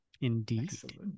indeed